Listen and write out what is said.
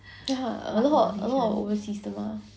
ya a lot a lot of overseas 的 mah